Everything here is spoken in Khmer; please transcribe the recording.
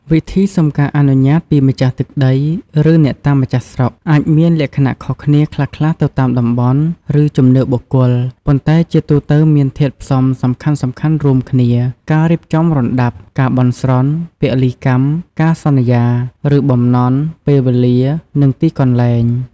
វិធីសុំការអនុញ្ញាតពីម្ចាស់ទឹកដី ឬអ្នកតាម្ចាស់ស្រុក អាចមានលក្ខណៈខុសគ្នាខ្លះៗទៅតាមតំបន់ ឬជំនឿបុគ្គល ប៉ុន្តែជាទូទៅមានធាតុផ្សំសំខាន់ៗរួមគ្នា ការរៀបចំរណ្តាប់ ការបន់ស្រន់ ពលីកម្ម ការសន្យា ឬបំណន់ ពេលវេលា និងទីកន្លែង។